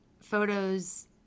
photos –